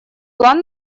план